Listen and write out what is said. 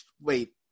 wait